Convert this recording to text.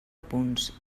punts